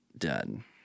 Done